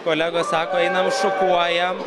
kolegos sako einam šukuojam